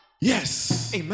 Yes